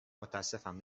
متاسفم